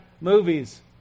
movies